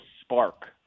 spark